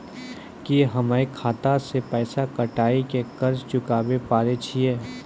की हम्मय खाता से पैसा कटाई के कर्ज चुकाबै पारे छियै?